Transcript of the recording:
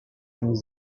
czymś